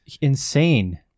insane